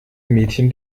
mädchen